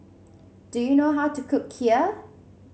do you know how to cook Kheer